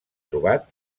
trobat